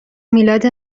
میلاد